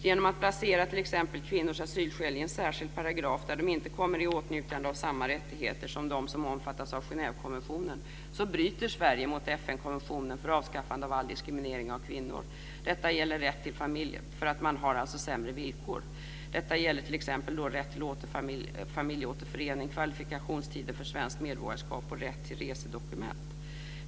Genom att placera t.ex. kvinnors asylskäl i en särskild paragraf där de inte kommer i åtnjutande av samma rättigheter som dem som omfattas av Genèvekonventionen bryter Sverige mot FN-konventionen för avskaffande av all diskriminering av kvinnor genom att man har sämre villkor. Detta gäller t.ex. rätt till familjeåterförening, kvalifikationstiden för svenskt medborgarskap och rätt till resedokument.